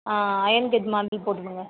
ஆ iron gate மாதிரி போட்டுக் கொடுங்க